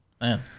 Man